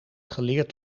geleerd